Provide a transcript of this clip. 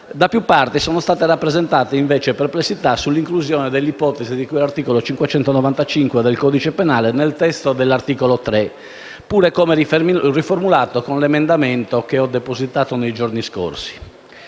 da più parti sono state rappresentate, invece, perplessità sull'inclusione dell'ipotesi di cui all'articolo 595 del codice penale nel testo dell'articolo 3, sia pure come riformulato con l'emendamento che ho depositato nei giorni scorsi.